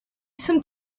some